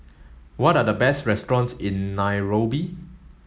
what are the best restaurants in Nairobi